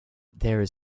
there